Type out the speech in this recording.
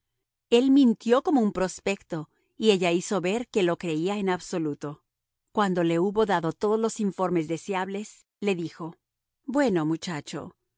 el mintió como un prospecto y ella hizo ver que lo creía en absoluto cuando le hubo dado todos los informes deseables le dijo bueno muchacho